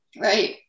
Right